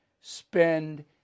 spend